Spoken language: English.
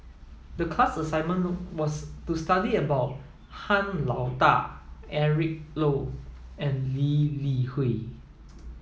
the class assignment was to study about Han Lao Da Eric Low and Lee Li Hui